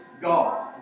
God